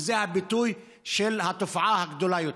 וזה ביטוי של תופעה גדולה יותר.